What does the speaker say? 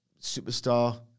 superstar